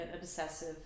obsessive